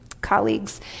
colleagues